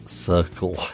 circle